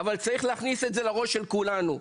אבל צריך להכניס את זה לראש של כולנו.